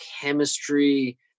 chemistry